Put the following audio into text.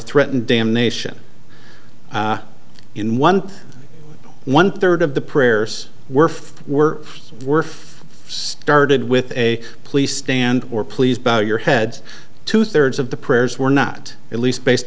threaten damnation in one one third of the prayers were were were started with a please stand or please bow your heads two thirds of the prayers were not at least based